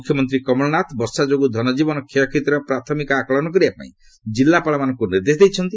ମୁଖ୍ୟମନ୍ତ୍ରୀ କମଳନାଥ ବର୍ଷା ଯୋଗୁଁ ଧନକୀବନ କ୍ଷୟକ୍ଷତିର ପ୍ରାଥମିମ ଆକଳନ କରିବାପାଇଁ ଜିଲ୍ଲାପାଳମାନଙ୍କୁ ନିର୍ଦ୍ଦେଶ ଦେଇଛନ୍ତି